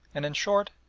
and, in short,